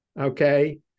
Okay